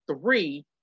three